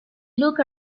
look